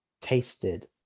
tasted